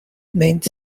means